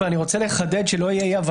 אבל אני רוצה לחדד שלא יהיה אי-הבנה.